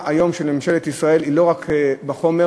של ממשלת ישראל היום היא לא רק בחומר,